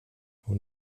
hon